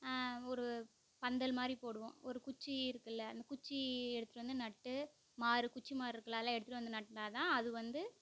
ஒரு பந்தல் மாதிரி போடுவோம் ஒரு குச்சி இருக்குல்ல அந்த குச்சி எடுத்துரு வந்து நட்டு மாறு குச்சி மாறு இருக்குல்ல அது எல்லாம் எடுத்துரு வந்து நட்டுனா தான் அது வந்து